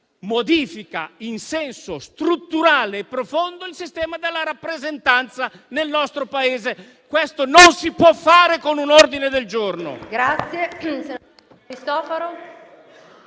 modifica in senso strutturale e profondo il sistema della rappresentanza nel nostro Paese. Questo non si può fare con un ordine del giorno.